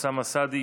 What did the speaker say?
אוסאמה סעדי,